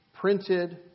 printed